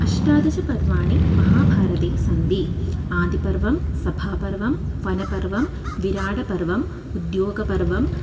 अष्टादशपर्वाणि महाभारते सन्ति आदिपर्वं सभापर्वं वनपर्वं विराटपर्वम् उद्योगपर्वम्